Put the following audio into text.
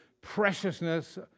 preciousness